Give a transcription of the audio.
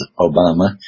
Obama